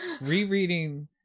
rereading